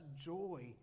joy